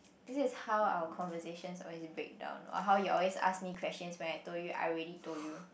is this how our conversation always break down or how you always ask me question when I told you I already told you